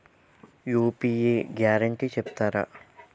UPI guarantee చెప్తారా?